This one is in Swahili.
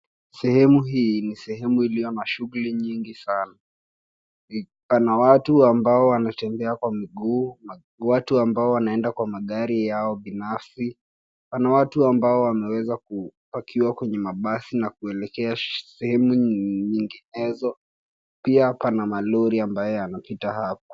Sehemu hii nisehemu iliyo na shughuli mingi sana, pana watu ambao wanatembea kwa miguu, watu ambao wanaenda kwa magari yao binafsi, pana watu ambao wameweza kupakiwa kwenye mabasi na kuelekea sehemu nyinginezo pia pana malori ambayo inapita hapa.